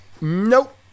Nope